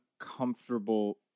uncomfortable